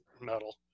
metal